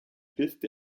piste